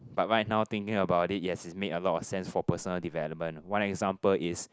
but right now thinking about it yes he's made a lot of sense for personal development one example is